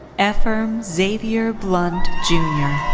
eferm xavier blount junior.